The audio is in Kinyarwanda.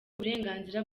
uburenganzira